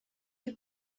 you